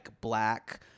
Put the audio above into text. black